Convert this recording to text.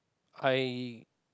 I